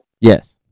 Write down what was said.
Yes